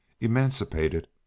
emancipated